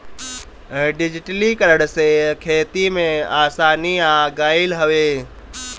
डिजिटलीकरण से खेती में आसानी आ गईल हवे